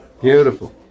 beautiful